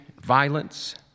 violence